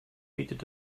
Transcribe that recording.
bietet